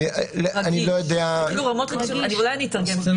זה לא סודי.